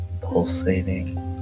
pulsating